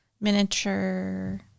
Miniature